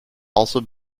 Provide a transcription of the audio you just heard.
also